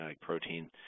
protein